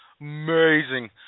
amazing